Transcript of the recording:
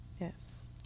Yes